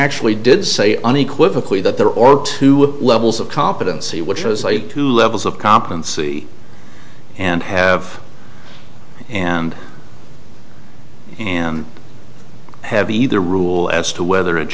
actually did say unequivocally that there are two levels of competency which has two levels of competency and have and and have either rule as to whether a